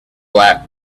black